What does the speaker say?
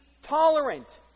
Tolerant